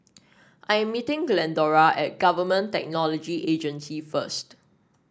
I am meeting Glendora at Government Technology Agency first